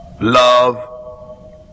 love